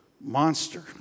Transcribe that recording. monster